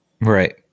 Right